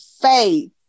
Faith